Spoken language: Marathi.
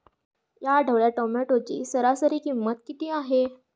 या आठवड्यात टोमॅटोची सरासरी किंमत किती आहे?